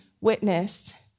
witness